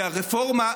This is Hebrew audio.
כי הרפורמה,